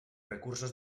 recursos